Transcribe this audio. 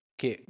che